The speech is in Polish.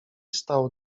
stał